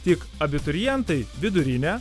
tik abiturientai vidurinę